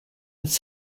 its